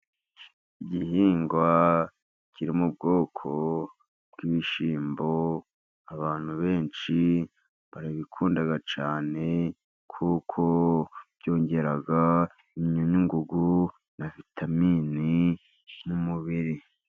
Igihingwa kiri mu bwoko bw'ibishyimbo. Abantu benshi barabikunda cyane, kuko byongera imyunyu ngugu na vitamini mu mubiri.